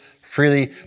Freely